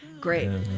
Great